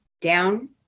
down